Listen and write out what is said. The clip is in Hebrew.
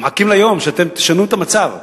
מחכים ליום שאתם תשנו את המצב.